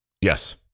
Yes